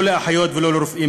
לא לאחיות ולא לרופאים,